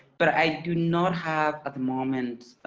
but i do not have at the moment